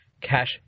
cash